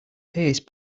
paste